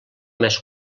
més